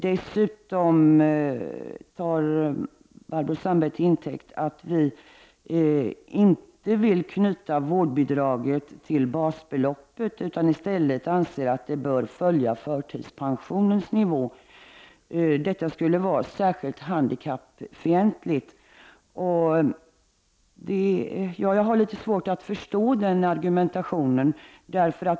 Dessutom tar hon detta till intäkt för att vi inte vill knyta vårdbidraget till basbeloppet. I stället bör det följa förtidspensionens nivå. Detta skulle vara särskilt handikappfientligt. Jag har litet svårt att förstå den argumentationen.